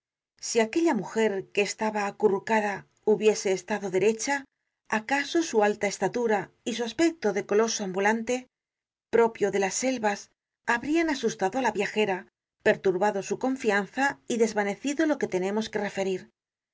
si aquella mujer que estaba acurrucada hubiese estado derecha acaso su alta estatura y su aspecto de coloso ambulante propio de las selvas habrian asustado á la viajera perturbado su confianza y desvanecido lo que tenemos que referir el